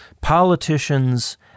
politicians